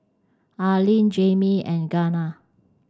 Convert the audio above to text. Arline Jayme and Gianna